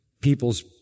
People's